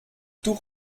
tour